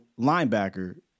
linebacker